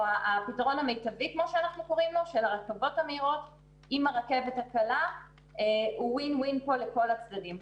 או המיטבי של הרכבות המהירות עם הרכבת הקלה הוא win win פה לכל הצדדים,